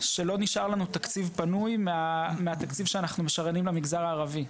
שלא נשאר לנו תקציב פנוי מהתקציב שאנחנו משריינים למגזר הערבי.